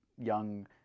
young